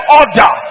order